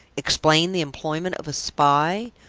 explain the employment of a spy?